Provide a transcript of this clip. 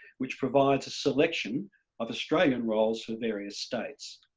which provides a selection of australian rolls for various states.